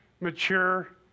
mature